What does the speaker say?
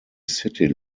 city